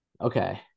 okay